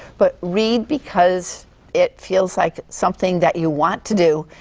but read because it feels like something that you want to do,